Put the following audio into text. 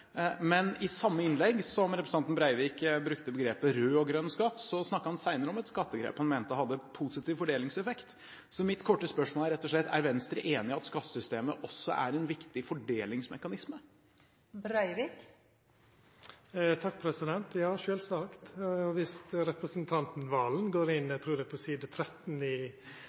Men i samme innlegg som representanten Breivik brukte begrepet rød og grønn skatt, snakket han senere om et skattegrep han mente hadde positiv fordelingseffekt. Så mitt korte spørsmål er rett og slett: Er Venstre enig i at skattesystemet også er en viktig fordelingsmekanisme? Ja, sjølvsagt. Dersom representanten Serigstad Valen går inn på side 13, trur eg, i